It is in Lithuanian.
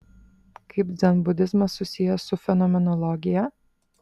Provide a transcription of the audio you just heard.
kaip dzenbudizmas susijęs su fenomenologija